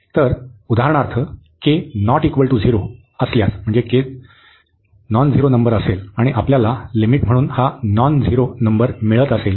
तर उदाहरणार्थ k ≠ 0 असल्यास जर आपणास लिमिट म्हणून हा नॉन झिरो नंबर मिळत असेल तर